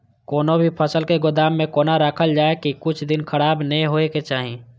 कोनो भी फसल के गोदाम में कोना राखल जाय की कुछ दिन खराब ने होय के चाही?